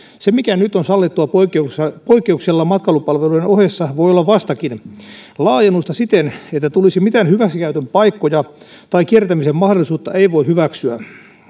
se mikä nyt on sallittua poikkeuksella poikkeuksella matkailupalveluiden ohessa voi olla vastakin laajennusta siten että tulisi mitään hyväksikäytön paikkoja tai kiertämisen mahdollisuutta ei voi hyväksyä